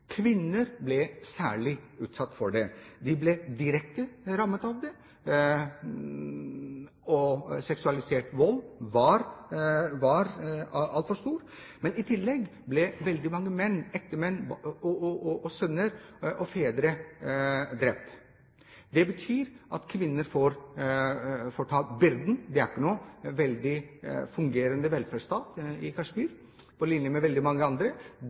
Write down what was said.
Kvinner ble særlig utsatt for det. De ble direkte rammet av det. Den seksualiserte volden var altfor stor, og i tillegg ble veldig mange menn, ektemenn, sønner og fedre, drept. Det betød at kvinnene måtte ta byrden. Det er ikke noen velfungerende velferdsstat i Kashmir – på linje med veldig mange andre